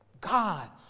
God